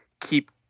keep